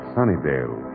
Sunnydale